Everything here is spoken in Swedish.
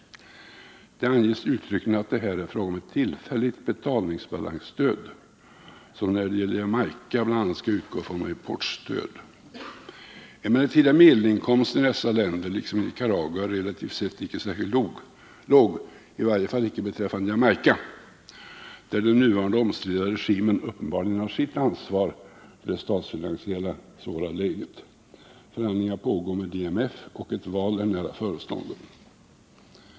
Det anges uttryckligen att det här är fråga om ett tillfälligt betalningsbalansstöd, som när det gäller Jamaica bl.a. skall utgå i form av importstöd. Emellertid är medelinkomsten i dessa länder liksom i Nicaragua relativt sett inte särskilt låg — i varje fall inte beträffande Jamaica, där den nuvarande omstridda regimen uppenbarligen bär ansvaret för det svåra statsfinansiella läget. Förhandlingar pågår med IMF, och ett val är nära förestående.